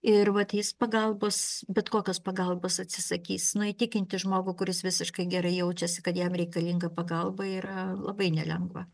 ir vat jis pagalbos bet kokios pagalbos atsisakys na įtikinti žmogų kuris visiškai gerai jaučiasi kad jam reikalinga pagalba yra labai nelengva